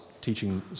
teaching